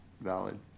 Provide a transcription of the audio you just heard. valid